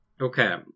Okay